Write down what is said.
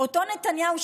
אותו נתניהו,